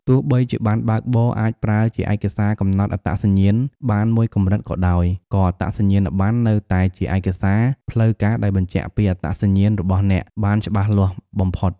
ទោះបីជាប័ណ្ណបើកបរអាចប្រើជាឯកសារកំណត់អត្តសញ្ញាណបានមួយកម្រិតក៏ដោយ ក៏អត្តសញ្ញាណប័ណ្ណនៅតែជាឯកសារផ្លូវការដែលបញ្ជាក់ពីអត្តសញ្ញាណរបស់អ្នកបានច្បាស់លាស់បំផុត។